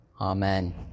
Amen